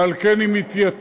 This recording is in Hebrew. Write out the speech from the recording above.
ועל כן היא מתייתרת.